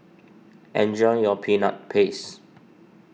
enjoy your Peanut Paste